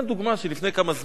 לפני כמה זמן,